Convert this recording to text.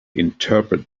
interpret